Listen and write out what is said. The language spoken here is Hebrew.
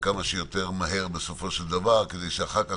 כמה שיותר מהר בסופו של דבר כדי שאחר כך